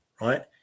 right